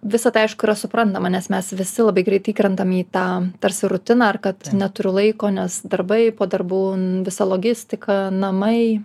visa tai aišku yra suprantama nes mes visi labai greitai įkrentam į tą tarsi rutiną ar kad neturiu laiko nes darbai po darbų visa logistika namai